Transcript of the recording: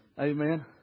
Amen